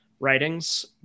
Writings